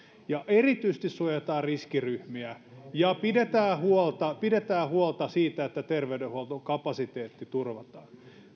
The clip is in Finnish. ja erityisesti suojataan riskiryhmiä ja pidetään huolta pidetään huolta siitä että terveydenhuoltokapasiteetti turvataan